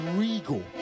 regal